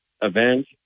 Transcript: event